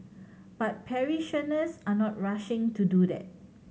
but parishioners are not rushing to do that